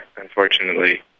unfortunately